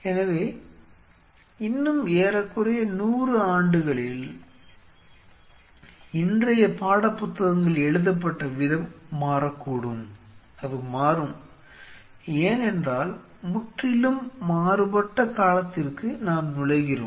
எனவே இன்னும் ஏறக்குறைய 100 ஆண்டுகளில் இன்றைய பாடப்புத்தகங்கள் எழுதப்பட்ட விதம் மாறக்கூடும் அது மாறும் ஏனென்றால் முற்றிலும் மாறுபட்ட காலத்திற்கு நாம் நுழைகிறோம்